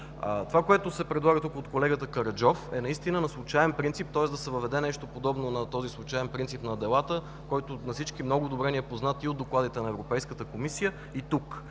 Това, което се предлага от колегата Караджов, е наистина на случаен принцип, тоест да се въведе нещо подобно на този случаен принцип на делата, който на всички много добре ни е познат и от докладите на Европейската комисия, и тук,